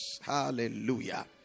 hallelujah